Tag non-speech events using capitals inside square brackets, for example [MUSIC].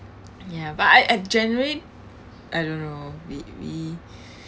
ya but I I generally I don't know we we [BREATH]